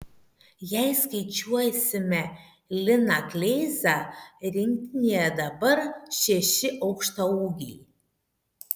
jei skaičiuosime liną kleizą rinktinėje dabar šeši aukštaūgiai